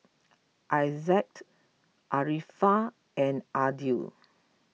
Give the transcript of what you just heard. Izzat Arifa and Aidil